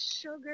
sugar